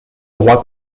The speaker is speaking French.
droit